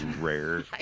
Rare